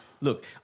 Look